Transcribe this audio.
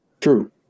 True